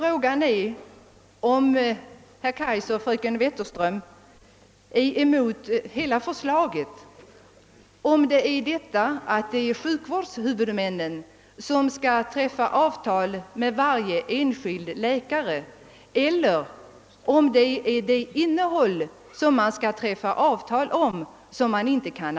Frågan är nu, om herr Kaijser och fröken Wetterström är emot hela förslaget, eller om det, som de inte kan acceptera, är att det är sjukvårdshuvudmännen som skall träffa avtal med varje enskild läkare, eller om de inte kan acceptera innehållet i de avtal som skall träffas.